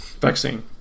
vaccine